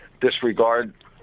disregard